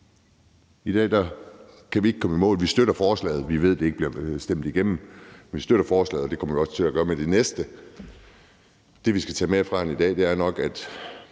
I dag kan vi ikke komme i mål. Vi støtter forslaget, men vi ved, det ikke bliver stemt igennem, og det kommer vi også til at gøre med det næste. Det, vi skal tage med hjem herfra i dag, er nok, at